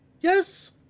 Yes